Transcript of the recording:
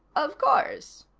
of course,